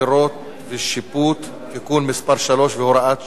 (עבירות ושיפוט) (תיקון מס' 3 והוראת שעה),